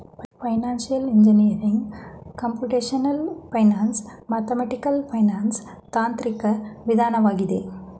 financial engineering computational finance, mathematical finance ತಾಂತ್ರಿಕ ವಿಧಾನವಾಗಿದೆ